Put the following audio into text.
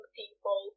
people